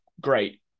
great